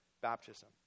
baptism